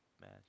match